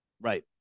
Right